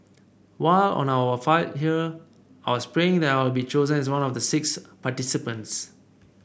while on our fight here I was praying be chosen as one of the six participants